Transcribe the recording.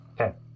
Okay